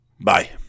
Bye